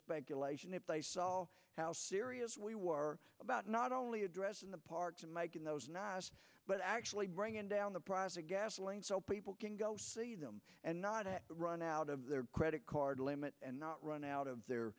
elation if they saw how serious we were about not only addressing the parks and making those nice but actually bringing down the price of gasoline so people can go see them and not run out of their credit card limit and not run out of their